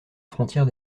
frontière